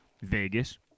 Vegas